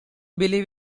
believe